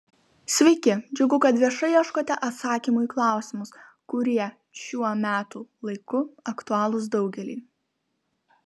sveiki džiugu kad viešai ieškote atsakymų į klausimus kurie šiuo metų laiku aktualūs daugeliui